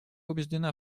убеждена